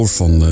van